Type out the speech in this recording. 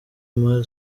omar